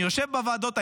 אני יושב בוועדות,